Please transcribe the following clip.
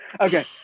Okay